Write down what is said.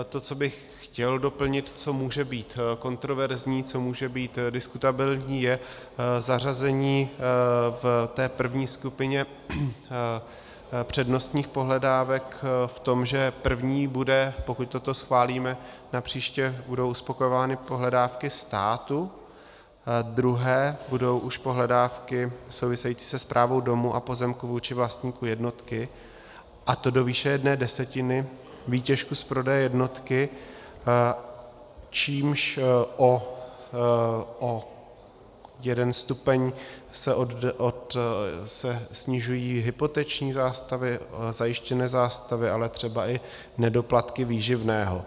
To, co bych chtěl doplnit, co může být kontroverzní, co může být diskutabilní, je zařazení v té první skupině přednostních pohledávek v tom, že první, pokud toto schválíme, tak napříště budou uspokojovány pohledávky státu, druhé budou už pohledávky související se správou domu a pozemku vůči vlastníku jednotky, a to do výše jedné desetiny výtěžku z prodeje jednotky, čímž o jeden stupeň se snižují hypoteční zástavy, zajištěné zástavy, ale třeba i nedoplatky výživného.